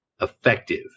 effective